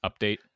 update